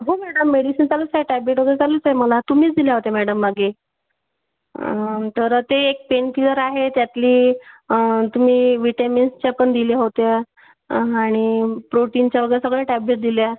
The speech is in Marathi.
हो मॅडम मेडिसीन चालूच आहे टॅब्लेट वगैरे चालूच आहे मला तुम्हीच दिल्या होत्या मॅडम मागे तर ते एक पेनकिलर आहे त्यातली तुम्ही विटॅमिन्सच्या पण दिल्या होत्या आणि प्रोटीनच्या वगैरे सगळं टॅब्लेत दिल्या